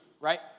right